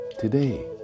today